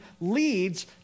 leads